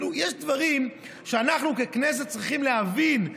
יש דברים שאנחנו ככנסת צריכים להבין,